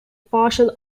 partial